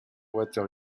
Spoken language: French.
water